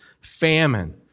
famine